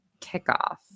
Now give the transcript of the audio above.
kickoff